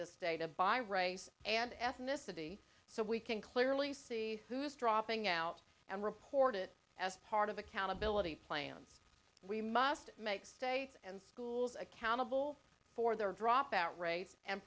this data by race and ethnicity so we can clearly see who is dropping out and report it as part of accountability plan we must states and schools accountable for their dropout rate and